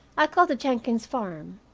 i called the jenkins farm.